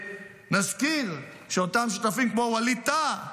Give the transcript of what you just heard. ונזכיר שאותם שותפים כמו ווליד טאהא,